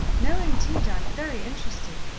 no, indeed, i'm very interested.